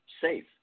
safe